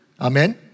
Amen